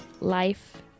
life